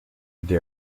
they